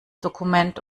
dokument